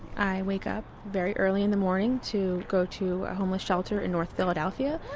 i wake up very early in the morning to go to a homeless shelter in north philadelphia.